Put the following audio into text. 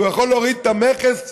והוא יכול להוריד את המכס לבד,